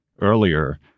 Earlier